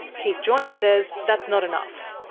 keith joiner says that's not enough.